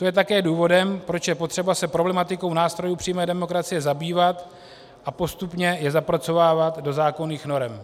To je také důvodem, proč je potřeba se problematikou nástrojů přímé demokracie zabývat a postupně je zapracovávat do zákonných norem.